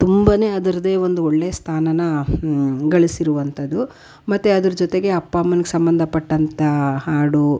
ತುಂಬಾ ಅದರದ್ದೇ ಒಂದು ಒಳ್ಳೆಯ ಸ್ಥಾನ ಗಳಿಸಿರುವಂಥದ್ದು ಮತ್ತು ಅದ್ರ ಜೊತೆಗೆ ಅಪ್ಪ ಅಮ್ಮನಿಗೆ ಸಂಬಂಧ ಪಟ್ಟಂಥ ಹಾಡು